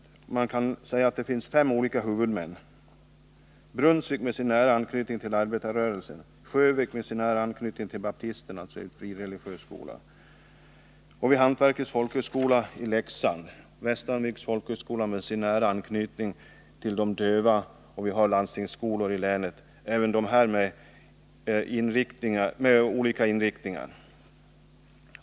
Där finns det fem olika huvudmän. Vi har Brunnsvik med dess nära anknytning till arbetarrörelsen, Sjövik med dess nära anknytning till baptisterna, alltså en frireligiös skola, Hantverkets folkhögskola i Leksand, Västanviks folkhögskola med dess nära anknytning till de döva och landstingsskolorna, även dessa med olika inriktningar.